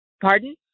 pardon